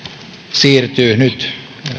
siirtyy nyt